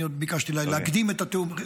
אני עוד ביקשתי להקדים את התיאום.